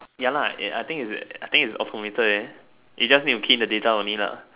ya lah I think it's I think it's automated eh you just need to key in the data only lah